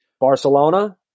Barcelona